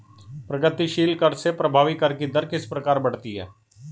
प्रगतिशील कर से प्रभावी कर की दर किस प्रकार बढ़ती है?